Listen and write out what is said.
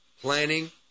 planning